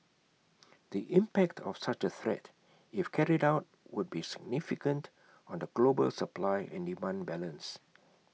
the impact of such A threat if carried out would be significant on the global supply and demand balance